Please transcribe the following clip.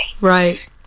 right